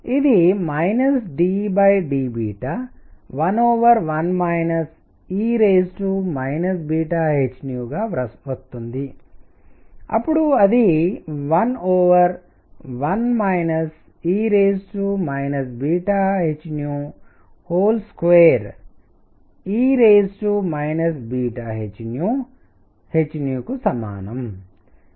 ఇది dd11 e h గా వస్తుంది అప్పుడు అది 12e hh కు సమానం